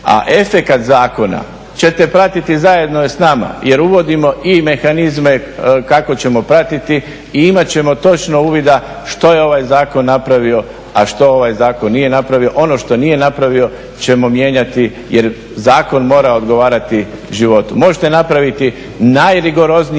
A efekat zakona ćete pratiti zajedno s nama jer uvodimo i mehanizme kako ćemo pratiti i imat ćemo točno uvida što je ovaj zakon napravio, a što ovaj zakon nije napravio. Ono što nije napravio ćemo mijenjati jer zakon može odgovarati životu. Možete napraviti najrigoroznije